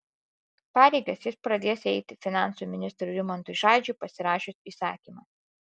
pareigas jis pradės eiti finansų ministrui rimantui šadžiui pasirašius įsakymą